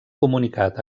comunicat